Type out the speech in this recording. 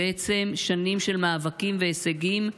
בעצם שנים של מאבקים והישגים נרמסים.